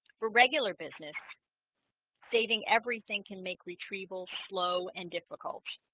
for regular business saving everything can make retrieval slow and difficult